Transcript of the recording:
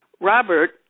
Robert